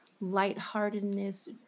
lightheartedness